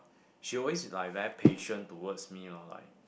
she always like very patient towards me orh like